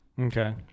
Okay